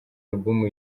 alubumu